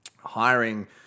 hiring